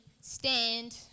stand